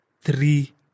three